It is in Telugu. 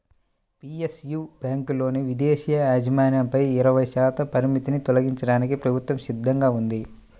పి.ఎస్.యు బ్యాంకులలో విదేశీ యాజమాన్యంపై ఇరవై శాతం పరిమితిని తొలగించడానికి ప్రభుత్వం సిద్ధంగా ఉంది